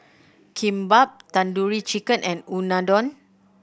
Kimbap Tandoori Chicken and Unadon